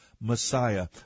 Messiah